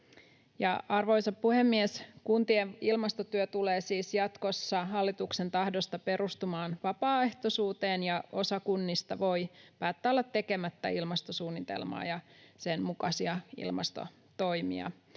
Arvoisa puhemies! Kuntien ilmastotyö tulee siis jatkossa hallituksen tahdosta perustumaan vapaaehtoisuuteen, ja osa kunnista voi päättää olla tekemättä ilmastosuunnitelmaa ja sen mukaisia ilmastotoimia.